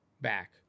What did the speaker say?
back